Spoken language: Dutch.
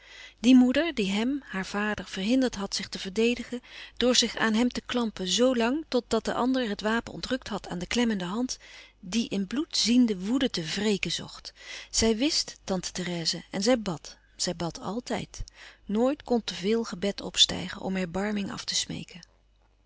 die moeder die hem haar vader verhinderd had zich te verdedigen door zich aan hem te klampen zo lang tot dat de ander het wapen ontrukt had aan de klemmende hand die in bloed ziende woede te wreken zocht zij wist tante therèse en zij bad zij bad altijd nooit kon te veel gebed opstijgen om erbarming af te smeeken